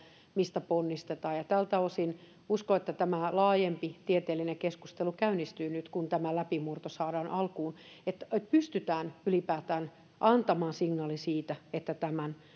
mistä ponnistetaan tältä osin uskon että tämä laajempi tieteellinen keskustelu käynnistyy nyt kun tämä läpimurto saadaan alkuun niin että pystytään ylipäätään antamaan signaali siitä että